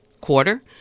quarter